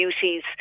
duties